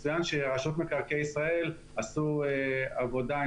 יצוין שרשות מקרקעי ישראל עשו עבודה.